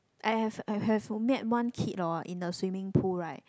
I have I have met one kid hor in the swimming pool right